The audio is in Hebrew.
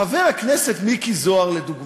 חבר הכנסת מיקי זוהר לדוגמה.